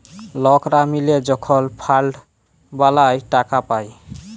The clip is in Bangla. লকরা মিলে যখল ফাল্ড বালাঁয় টাকা পায়